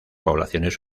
poblaciones